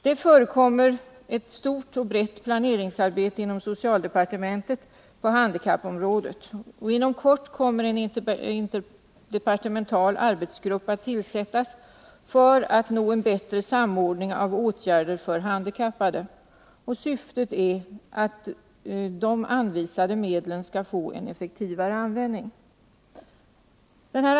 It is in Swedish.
Det förekommer ett stort och brett planeringsarbete inom socialdepartementet på handikappområdet, och inom kort kommer en interdepartemental arbetsgrupp att tillsättas för att vi skall nå en bättre samordning av åtgärder för handikappade. Syftet är att de för åtgärder för handikappade anvisade medlen skall få en effektivare användning.